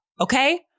Okay